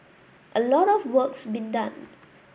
a lot of work's been done